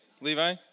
Levi